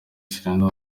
serena